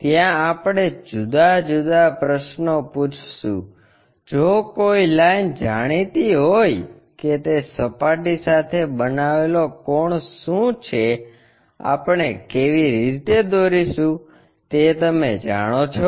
ત્યાં આપણે જુદા જુદા પ્રશ્નો પૂછશું જો કોઈ લાઈન જાણીતી હોય કે તે સપાટી સાથે બનાવેલો કોણ શું છે આપણે કેવી રીતે દોરીશું તે તમે જાણો છો